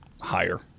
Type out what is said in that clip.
higher